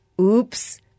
Oops